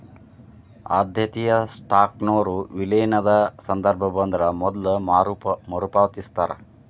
ಆದ್ಯತೆಯ ಸ್ಟಾಕ್ನೊರ ವಿಲೇನದ ಸಂದರ್ಭ ಬಂದ್ರ ಮೊದ್ಲ ಮರುಪಾವತಿಸ್ತಾರ